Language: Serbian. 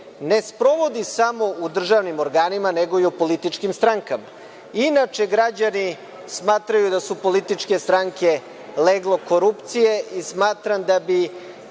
ne sprovodi samo u državnim organima nego i u političkim strankama. Inače, građani smatraju da su političke stranke leglo korupcije i smatram da bi